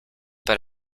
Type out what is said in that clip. but